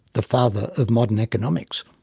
the father of modern economics.